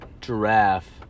Giraffe